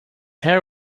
hair